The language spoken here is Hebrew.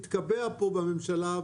התקבע פה בממשלה,